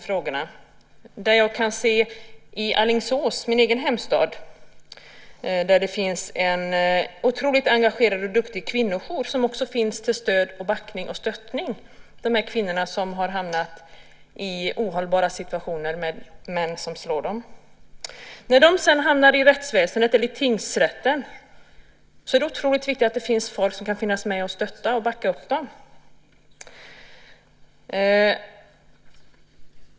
I Alingsås, min egen hemstad, finns en otroligt engagerad och duktig kvinnojour till stöd för och uppbackning av de kvinnor som har hamnat i ohållbara situationer med män som slår dem. När de kommer till rättsväsendet eller hamnar i tingsrätten är det viktigt att det finns folk som kan vara med och stötta och backa upp dem.